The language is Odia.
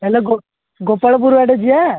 ହେଲେ ଗୋ ଗୋପାଳପୁର ଆଡ଼େ ଯିବା